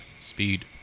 speed